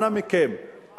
אנא מכם,